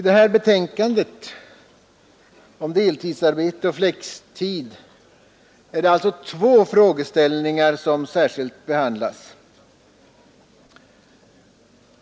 Herr talman! I detta betänkande behandlas frågorna om deltidsarbete och flextid.